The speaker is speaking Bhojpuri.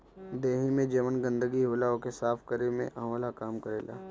देहि में जवन गंदगी होला ओके साफ़ केरे में आंवला काम करेला